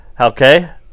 Okay